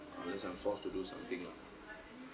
unless I'm forced to do something lah